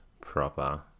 proper